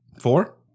Four